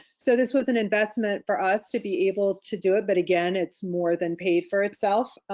so this was an investment for us to be able to do it. but again, it's more than paid for itself.